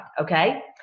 okay